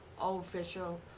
official